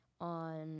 on